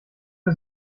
den